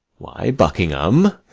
why, buckingham,